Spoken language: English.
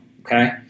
okay